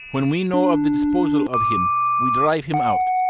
when we know of the disposal of him we drive him out.